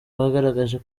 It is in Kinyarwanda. bagaragaje